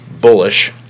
bullish